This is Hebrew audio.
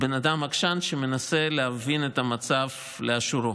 בן אדם עקשן שמנסה להבין את המצב לאשורו,